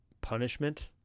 punishment